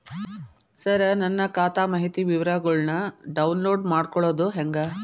ಸರ ನನ್ನ ಖಾತಾ ಮಾಹಿತಿ ವಿವರಗೊಳ್ನ, ಡೌನ್ಲೋಡ್ ಮಾಡ್ಕೊಳೋದು ಹೆಂಗ?